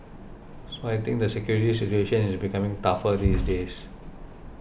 so I think the security situation is becoming tougher these days